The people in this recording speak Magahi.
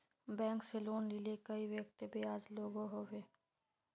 बैंक से लोन लिले कई व्यक्ति ब्याज लागोहो होबे?